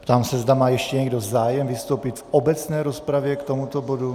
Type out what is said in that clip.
Ptám se, zda má ještě někdo zájem vystoupit v obecné rozpravě k tomuto bodu.